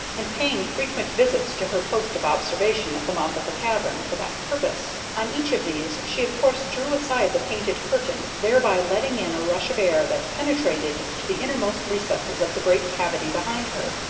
and paying frequent visits to her post of observation at the mouth of the cavern for that purpose. on each of these she of course drew aside the painted curtain, thereby letting in a rush of air that penetrated to the innermost recesses of the great cavity behind her.